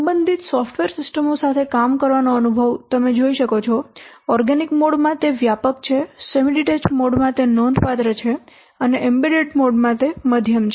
સંબંધિત સોફ્ટવેર સિસ્ટમો સાથે કામ કરવાનો અનુભવ તમે જોઈ શકો છો ઓર્ગેનિક મોડ માં તે વ્યાપક છે સેમી ડીટેચ્ડ મોડ માં તે નોંધપાત્ર છે અને એમ્બેડેડ મોડ માં તે મધ્યમ છે